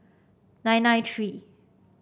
nine nine three